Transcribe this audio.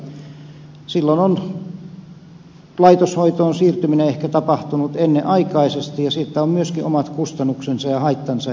silloin on ehkä laitoshoitoon siirtyminen tapahtunut ennenaikaisesti ja siitä on myöskin omat kustannuksensa ja haittansa